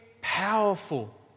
powerful